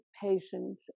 patients